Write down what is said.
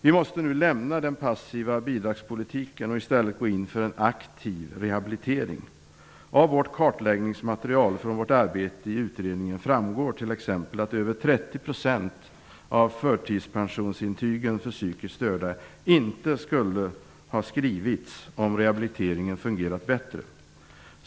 Vi måste nu lämna den passiva bidragspolitiken och i stället gå in för en aktiv rehabilitering. Av vårt kartläggningsmaterial från vårt arbete i utredningen framgår t.ex. att över 30 % av förtidspensionsintygen för psykiskt störda inte skulle ha skrivits om rehabiliteringen hade fungerat bättre.